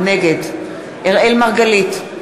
נגד אראל מרגלית,